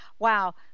Wow